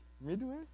midway